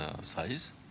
size